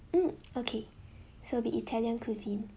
hmm okay so be italian cuisine